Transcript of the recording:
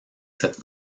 cette